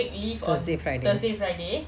thursday friday